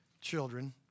children